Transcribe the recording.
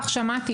כך שמעתי,